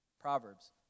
Proverbs